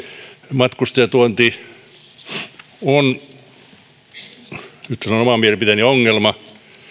matkustajatuonti on nyt sanon oman mielipiteeni ongelma